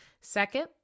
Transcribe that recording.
Second